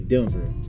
Denver